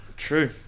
True